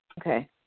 Okay